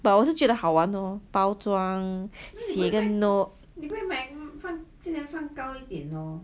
but 我是觉得好玩 lor 包装写那个 note